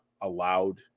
allowed